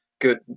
good